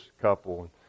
couple